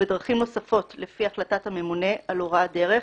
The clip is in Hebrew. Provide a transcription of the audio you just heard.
ובדרכים נוספות לפי החלטת הממונה על הוראת דרך,